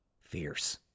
fierce